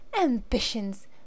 Ambitions